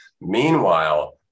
Meanwhile